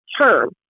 term